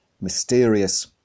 mysterious